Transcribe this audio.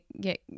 get